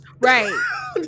Right